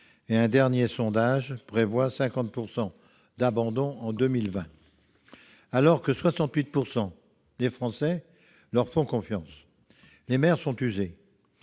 ; un dernier sondage prévoit 50 % d'abandons en 2020. Alors que 68 % des Français leur font confiance, les maires sont usés.